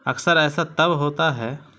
اکثر ایسا تب ہوتا ہے